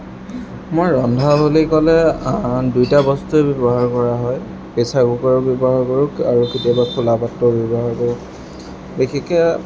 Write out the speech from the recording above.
মই ৰন্ধা বুলি ক'লে দুটা বস্তুৱে ব্যৱহাৰ কৰা হয় প্ৰেছাৰ কুকাৰো ব্যৱহাৰ কৰোঁ আৰু কেতিয়াবা খোলা পাত্ৰ ব্যৱহাৰ কৰোঁ বিশেষকৈ